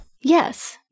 Yes